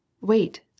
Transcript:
wait